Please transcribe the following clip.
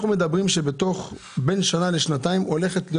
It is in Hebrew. אנחנו מדברים על כך שבין שנה לשנתיים מעכשיו הולכת להיות